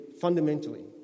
fundamentally